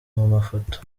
mafoto